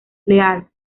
leal